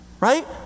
Right